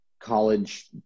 college